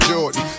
Jordan